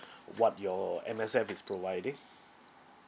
what your M_S_F is providing